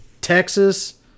Texas